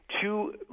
two